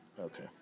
Okay